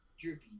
Droopy